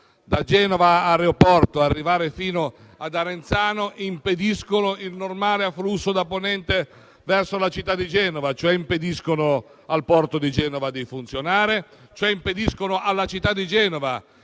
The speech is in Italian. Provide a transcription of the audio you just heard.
da Genova aeroporto per arrivare fino ad Arenzano, impediscono il normale afflusso da ponente verso la città di Genova, cioè impediscono al porto di Genova di funzionare e alla città di Genova